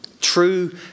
true